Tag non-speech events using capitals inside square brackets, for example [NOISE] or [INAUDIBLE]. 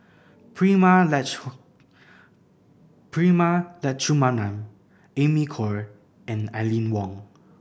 Prema [UNINTELLIGIBLE] Prema Letchumanan Amy Khor and Aline Wong